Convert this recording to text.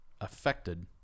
affected